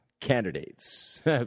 candidates